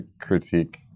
critique